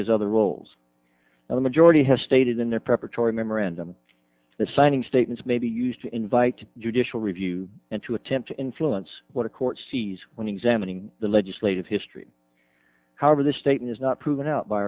his other roles and the majority has stated in the preparatory memorandum the signing statements may be used to invite judicial review and to attempt to influence what a court sees when examining the legislative history however the state has not proven out by